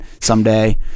someday